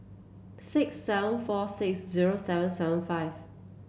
six seven four six zero seven seven five